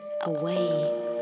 away